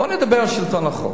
בוא נדבר על שלטון החוק,